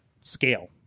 scale